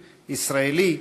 ישראלי,